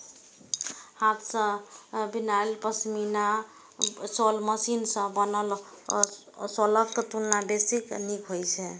हाथ सं बनायल पश्मीना शॉल मशीन सं बनल शॉलक तुलना बेसी नीक होइ छै